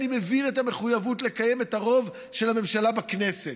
אני מבין את המחויבות לקיים את הרוב של הממשלה בכנסת.